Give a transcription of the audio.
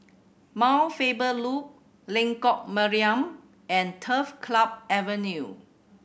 Mount Faber Loop Lengkok Mariam and Turf Club Avenue